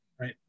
Right